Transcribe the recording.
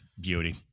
Beauty